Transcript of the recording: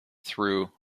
through